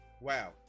wow